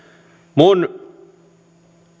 minun